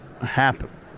happen